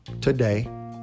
today